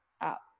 up